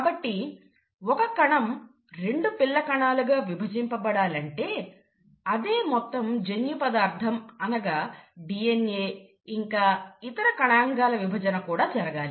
కాబట్టి ఒక కణం రెండు పిల్ల కణాలుగా విభజింపబడాలంటే అదే మొత్తం జన్యు పదార్థం అనగా DNA ఇంకా ఇతర కణాంగాల విభజన కూడా జరగాలి